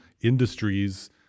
Industries